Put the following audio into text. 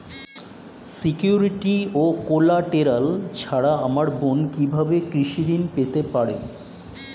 Security ও collateral ছাড়া আমার বোন কিভাবে কৃষি ঋন পেতে পারে?